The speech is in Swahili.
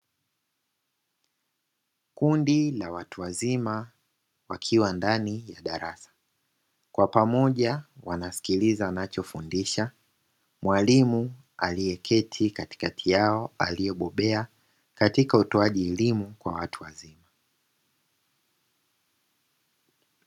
Kundi la watu wazima wakiwa ndani ya darasa, kwa pamoja wanasikiliza anacho fundisha mwalimu, aliye keti katikati yao aliye bobea katika utoaji elimu kwa watu wazima.